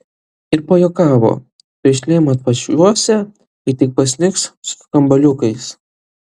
ir pajuokavo piršlėm atvažiuosią kai tik pasnigs su skambaliukais